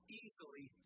easily